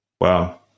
Wow